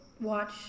watch